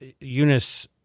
Eunice